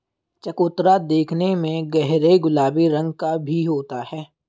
चकोतरा देखने में गहरे गुलाबी रंग का भी होता है